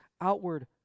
outward